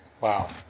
Wow